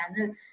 channel